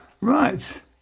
right